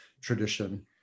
tradition